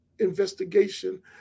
Investigation